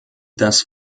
das